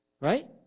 Right